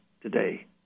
today